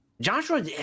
Joshua